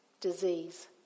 disease